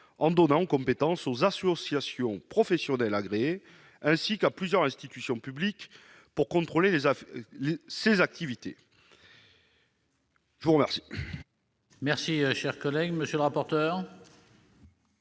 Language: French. en donnant compétence aux associations professionnelles agréées, ainsi qu'à plusieurs institutions publiques, pour contrôler ses activités. Quel